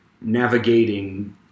navigating